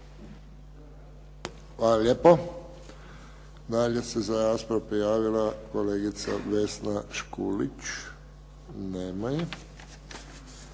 Hvala lijepo. Dalje se za raspravu prijavila kolegica Vesna Škulić. Nema